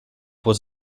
was